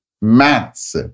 maths